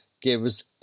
gives